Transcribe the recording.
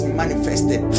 manifested